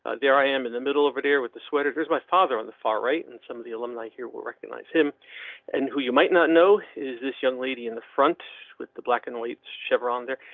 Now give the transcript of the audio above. there i am in the middle of a deer with the sweater. here's my father on the far right and some of the alumni here will recognize him and who you might not know is this young lady in the front with the black and white chevron there.